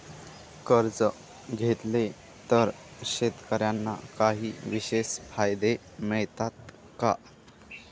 कर्ज घेतले तर शेतकऱ्यांना काही विशेष फायदे मिळतात का?